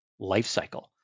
lifecycle